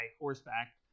horseback